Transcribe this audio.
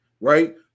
right